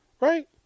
right